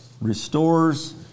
restores